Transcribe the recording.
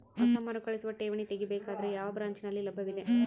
ಹೊಸ ಮರುಕಳಿಸುವ ಠೇವಣಿ ತೇಗಿ ಬೇಕಾದರ ಯಾವ ಬ್ರಾಂಚ್ ನಲ್ಲಿ ಲಭ್ಯವಿದೆ?